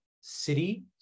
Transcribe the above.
city